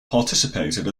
participated